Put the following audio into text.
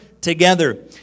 Together